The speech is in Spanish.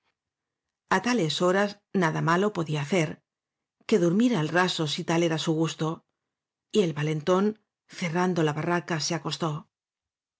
paso a tales horas nada malo podía hacer que durmiera al raso si tal era su gusto y el valentón cerrando la barraca se acostó